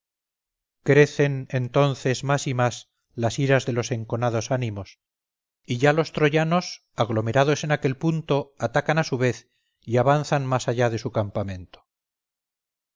crecen entonces más y más las iras de los enconados ánimos y ya los troyanos aglomerados en aquel punto atacan a su vez y avanzan más allá de su campamento